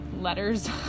letters